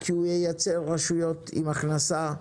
כי הוא ייצר רשויות עם הכנסה,